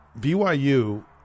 BYU